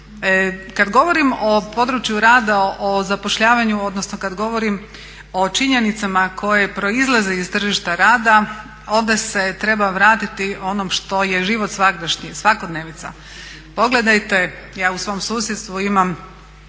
Kad govorim o području rada o zapošljavanju, odnosno kad govorim o činjenicama koje proizlaze iz tržišta rada onda se treba vratiti onom što je život svagdašnji, svakodnevnica. Pogledajte, ja u svom susjedstvu imam